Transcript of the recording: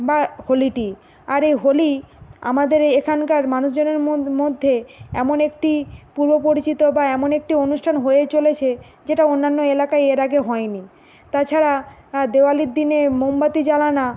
বা হোলিটি আর এই হোলি আমাদের এই এখানকার মানুষজনের ম মধ্যে এমন একটি পূর্বপরিচিত বা এমন একটি অনুষ্ঠান হয়ে চলেছে যেটা অন্যান্য এলাকায় এর আগে হয়নি তাছাড়া দেওয়ালির দিনে মোমবাতি জ্বালানো